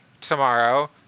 tomorrow